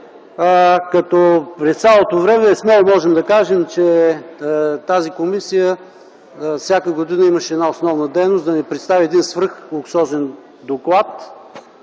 като през цялото време, смело можем да кажем, че тази комисия всяка година имаше една основна дейност – да ни представи един свръхлуксозен доклад